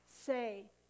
say